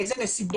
באיזה נסיבות?